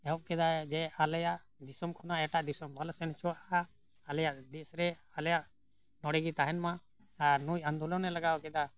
ᱮᱦᱚᱵ ᱠᱮᱫᱟᱭ ᱡᱮ ᱟᱞᱮᱭᱟᱜ ᱫᱤᱥᱚᱢ ᱠᱷᱚᱱᱟᱜ ᱮᱴᱟᱜ ᱫᱤᱥᱚᱢ ᱵᱟᱞᱮ ᱥᱮᱱ ᱦᱚᱪᱚᱣᱟᱜᱼᱟ ᱟᱞᱮᱭᱟᱜ ᱫᱮᱥ ᱨᱮ ᱟᱞᱮᱭᱟᱜ ᱱᱚᱸᱰᱮᱜᱮ ᱛᱟᱦᱮᱱᱼᱢᱟ ᱟᱨ ᱱᱩᱭ ᱟᱱᱫᱳᱞᱚᱱᱮ ᱞᱟᱜᱟᱣ ᱠᱮᱫᱟ